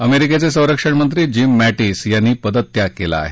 अमेरिकेचे सरंक्षणमंत्री Jim Mattis यांनी पदत्याग केला आहे